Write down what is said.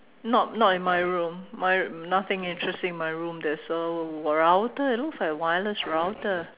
not not in my room my nothing interesting in my room there's a router it looks like a wireless router